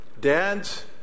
dads